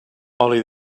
oli